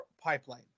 pipeline